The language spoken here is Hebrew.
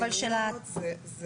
9.א. זה